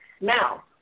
Now